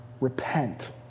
Repent